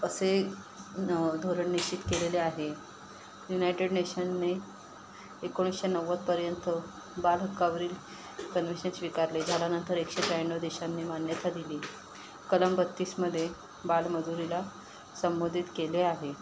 असे न धोरण निश्चित केलेले आहे युनायटेड नेशनने एकोणीसशे नव्वदपर्यंत बालहक्कारील कन्व्हेशन स्वीकारले झाल्यानंतर एकशे त्र्याण्णव देशांनी मान्यता दिली कलम बत्तीसमध्ये बालमजुरीला संबोधित केले आहे